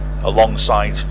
alongside